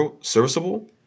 serviceable